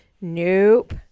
Nope